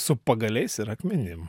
su pagaliais ir akmenim